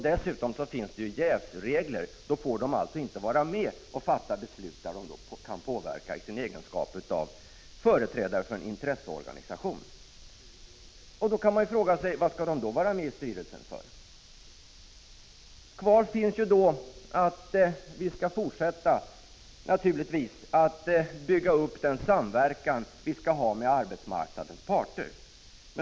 Dessutom finns det ju jävsregler — dessa ledamöter får alitså inte vara med och fatta beslut som de kan påverka i sin egenskap av företrädare för en intresseorganisation. Då kan man fråga sig: Varför skall de då vara med i styrelsen? Kvar finns att vi naturligtvis skall fortsätta att bygga upp den samverkan som vi skall ha med arbetsmarknadens parter.